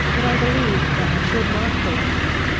but i believed that i should not fail in it.